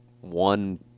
one